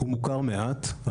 מוכר מעט.